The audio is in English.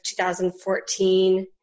2014